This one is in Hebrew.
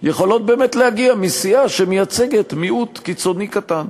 יכולות באמת להגיע מסיעה שמייצגת מיעוט קיצוני קטן.